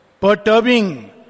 Perturbing